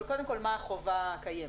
אבל קודם כל מה החובה הקיימת.